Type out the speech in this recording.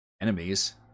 enemies